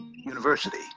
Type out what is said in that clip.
university